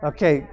Okay